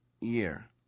year